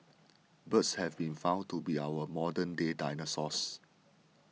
birds have been found to be our modern day dinosaurs